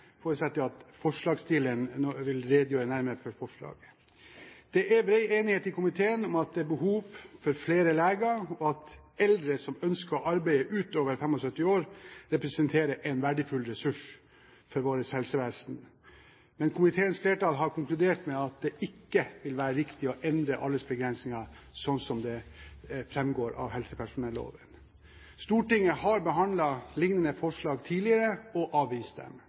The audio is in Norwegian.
redegjøre nærmere for forslaget. Det er bred enighet i komiteen om at det er behov for flere leger, og at eldre som ønsker å arbeide utover 75 år, representerer en verdifull ressurs for vårt helsevesen. Men komiteens flertall har konkludert med at det ikke vil være riktig å endre aldersbegrensingen, slik som det framgår av helsepersonelloven. Stortinget har behandlet liknende forslag tidligere og avvist dem.